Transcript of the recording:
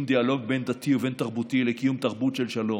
דיאלוג בין-דתי ובין-תרבותי לקידום תרבות של שלום".